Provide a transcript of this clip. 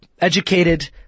educated